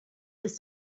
this